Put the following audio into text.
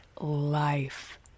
life